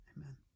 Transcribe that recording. Amen